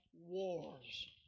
wars